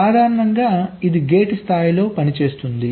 సాధారణంగా ఇది గేట్ స్థాయిలో పనిచేస్తుంది